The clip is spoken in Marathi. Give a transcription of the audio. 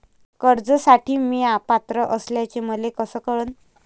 कर्जसाठी म्या पात्र असल्याचे मले कस कळन?